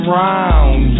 round